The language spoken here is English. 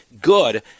good